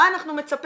מה אנחנו מצפים,